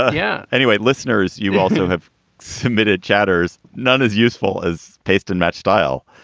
ah yeah. anyway, listeners, you also have submitted chatter's none as useful as paste and match style.